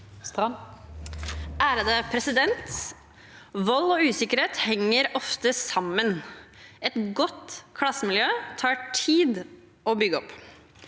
(Sp) Vold og usikkerhet henger ofte sammen. Et godt klassemiljø tar tid å bygge opp.